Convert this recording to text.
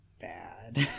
bad